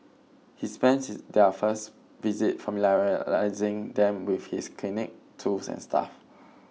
he spends their first visit them with his clinic tools and staff